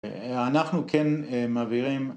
אנחנו כן מעבירים